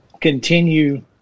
continue